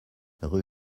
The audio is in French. rue